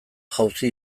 jauzi